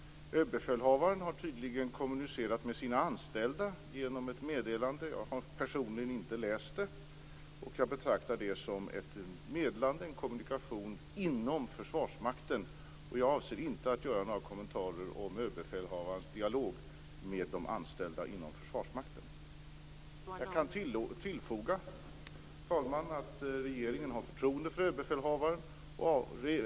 Överbefälhavaren har tydligen kommunicerat med sina anställda genom ett meddelande. Jag har personligen inte läst det. Och jag betraktar det som en kommunikation inom Försvarsmakten. Jag avser inte att göra några kommentarer om överbefälhavarens dialog med de anställda inom Försvarsmakten. Jag kan tillfoga, fru talman, att regeringen har förtroende för överbefälhavaren.